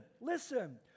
listen